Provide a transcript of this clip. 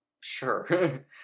Sure